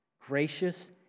gracious